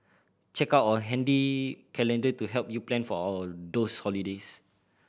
check out our handy calendar to help you plan for those holidays